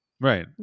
Right